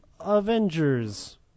avengers